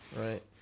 Right